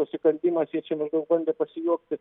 nusikaltimas jie čia maždaug bandė pasijuokti